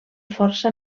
força